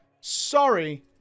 Sorry